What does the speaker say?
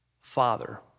Father